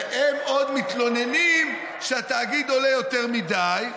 והם עוד מתלוננים שהתאגיד עולה יותר מדי.